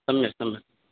सम्यक् सम्यक्